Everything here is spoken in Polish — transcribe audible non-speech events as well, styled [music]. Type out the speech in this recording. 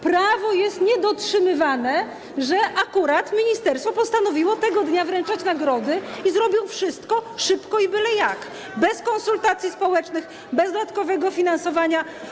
Prawo jest niedotrzymywane tylko dlatego, że akurat ministerstwo postanowiło tego dnia wręczać nagrody [applause] i zrobią wszystko szybko i byle jak, bez konsultacji społecznych, bez dodatkowego finansowania.